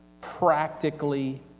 practically